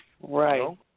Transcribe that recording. Right